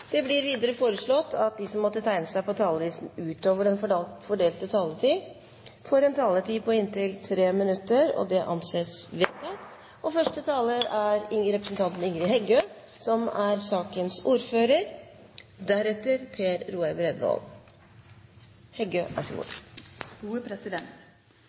Videre blir det foreslått at de som måtte tegne seg på talerlisten utover den fordelte taletid, får en taletid på inntil 3 minutter. – Det anses vedtatt. I samband med Prop. 39 L for 2010–2011, Endringer i lov om Innovasjon Norge, er det ein samla komité som